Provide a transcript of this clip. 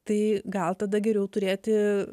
tai gal tada geriau turėti